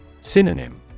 Synonym